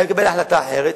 שהיה מקבל החלטה אחרת,